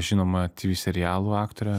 žinoma tv serialų aktorė